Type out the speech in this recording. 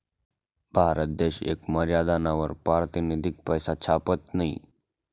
भारत देश येक मर्यादानावर पारतिनिधिक पैसा छापत नयी